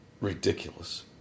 ridiculous